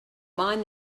mind